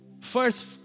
First